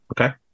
Okay